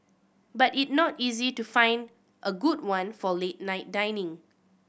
but it not easy to find a good one for late night dining